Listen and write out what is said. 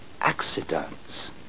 accidents